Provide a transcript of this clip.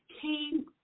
came